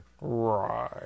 Right